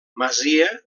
masia